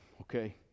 Okay